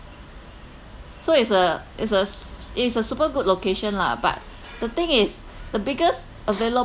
so it's a it's a s~ it is a super good location lah but the thing is the biggest available